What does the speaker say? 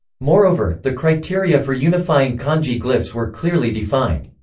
moreover, the criteria for unifying kanji glyphs were clearly defined.